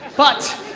but